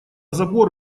забор